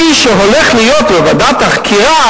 כדי שמי שהולך להיות בוועדת החקירה,